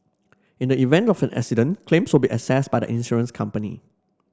in the event of an accident claims will be assessed by the insurance company